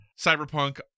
Cyberpunk